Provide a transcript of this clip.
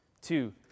Two